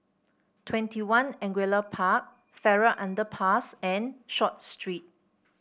WwentyOne Angullia Park Farrer Underpass and Short Street